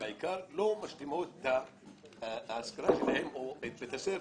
בעיקר לא משלימות את ההשכלה שלהן או את בית הספר.